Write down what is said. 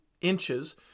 inches